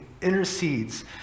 intercedes